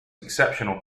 exceptional